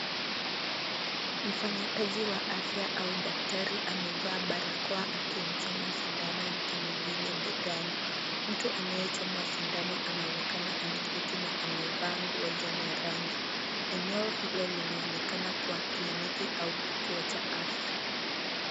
Mfanyakazi wa afya au daktari amevaa barakoa akimchoma sindano mtu mwingine begani. Mtu anayechomwa sindano anaonekana ameketi na amevaa nguo zenye rangi. Eneo hilo linaonekana kuwa kliniki au kituo cha afya.